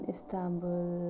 Istanbul